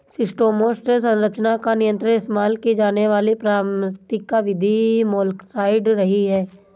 schistosoma संचरण को नियंत्रित इस्तेमाल की जाने वाली प्राथमिक विधि मोलस्कसाइड्स रही है